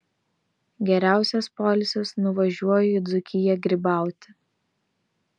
geriausias poilsis nuvažiuoju į dzūkiją grybauti